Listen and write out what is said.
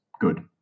good